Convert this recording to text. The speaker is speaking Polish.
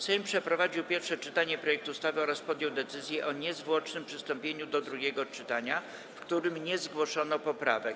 Sejm przeprowadził pierwsze czytanie projektu ustawy oraz podjął decyzję o niezwłocznym przystąpieniu do drugiego czytania, w którym nie zgłoszono poprawek.